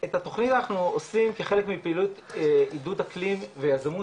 את התוכנית אנחנו עושים כחלק מפעילות עידוד אקלים ויזמות,